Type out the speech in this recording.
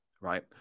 right